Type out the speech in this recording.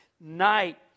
night